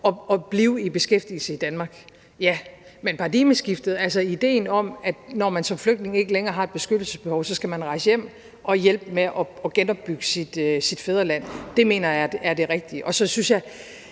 at blive i beskæftigelse i Danmark. Men paradigmeskiftet, altså ideen om, at når man som flygtning ikke længere har et beskyttelsesbehov, skal man rejse hjem og hjælpe med at genopbygge sit fædreland, mener jeg er det rigtige. Og så synes jeg,